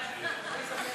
הרשויות המקומיות,